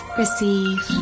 receive